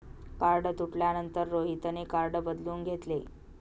card तुटल्यानंतर रोहितने card बदलून घेतले